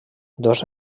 dos